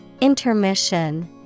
Intermission